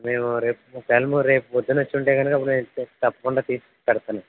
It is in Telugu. మేము రేపు ఒకవేళ రేపు పొద్దున్న వచ్చి ఉంటే గనుక తప్పకుండా తీసి పెడతాను